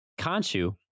Kanchu